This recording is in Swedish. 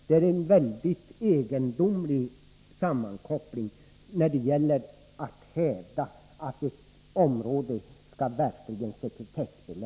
Det är en väldigt egendomlig sammankoppling när det gäller att hävda ett områdes sekretess.